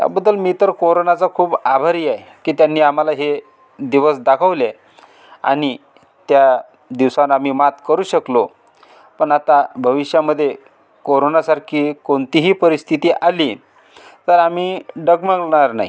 त्या बदल मी तर कोरोनाचा खूप आभारी आहे की त्यांनी आम्हाला हे दिवस दाखवले आनी त्या दिवसावर आम्ही मात करू शकलो पण आता भविष्यामध्ये कोरोना सारखी कोणती ही परिस्थिति आली तर आम्ही डगमगनार नाही